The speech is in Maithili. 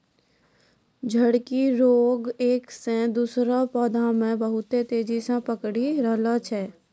झड़की रोग एक से दुसरो पौधा मे बहुत तेजी से पकड़ी रहलो छै